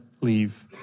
leave